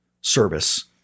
service